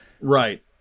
Right